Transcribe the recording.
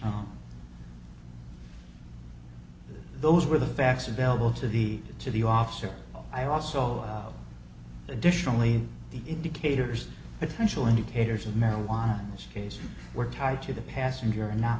on those were the facts available to the to the officer i also additionally the indicators potential indicators of marijuana in this case were tied to the passenger and not